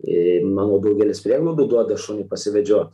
ir manau daugelis prieglaudų duoda šunį pasivedžiot